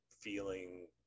feeling